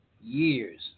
years